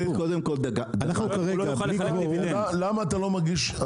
אנחנו כרגע בלי קוורום --- למה אתה לא מגיש,